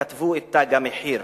כתבו את "תג המחיר".